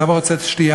סבא רוצה שתייה?